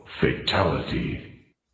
fatality